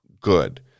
good